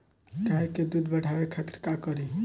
गाय के दूध बढ़ावे खातिर का करी?